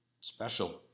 special